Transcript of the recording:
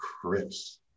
Chris